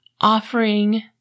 offering